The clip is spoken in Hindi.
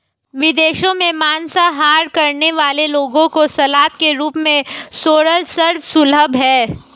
विदेशों में मांसाहार करने वाले लोगों को सलाद के रूप में सोरल सर्व सुलभ है